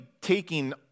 taking